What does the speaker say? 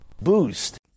Boost